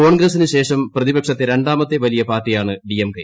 കോൺഗ്രസിന് ശേഷം പ്രതിപക്ഷത്തെ രണ്ടാമത്തെ വലിയ പാർട്ടിയാണ് ഡി എം കെ